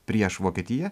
prieš vokietiją